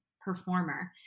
performer